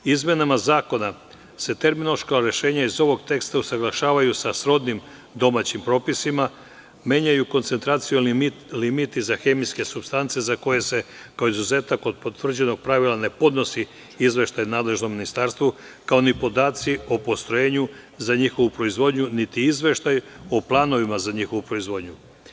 Izmenama Zakona se terminološka rešenja iz ovog teksta usaglašavaju sa srodnim domaćim propisima, menjaju koncentracioni limiti za hemijske supstance za koje se kao izuzetak od potvrđenog pravila ne podnosi izveštaj nadležnom ministarstvu, kao ni podaci o postrojenju za njihovu proizvodnju, niti izveštaj o planovima za njihovu proizvodnju.